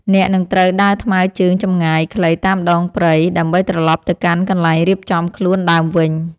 អ្នកនឹងត្រូវដើរថ្មើរជើងចម្ងាយខ្លីតាមដងព្រៃ ដើម្បីត្រឡប់ទៅកាន់កន្លែងរៀបចំខ្លួនដើមវិញ។